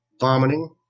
vomiting